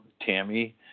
Tammy